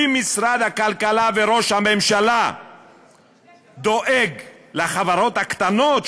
אם שר הכלכלה וראש הממשלה דואג לחברות הקטנות,